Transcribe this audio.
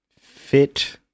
fit